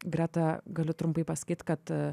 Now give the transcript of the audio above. greta galiu trumpai pasakyt kad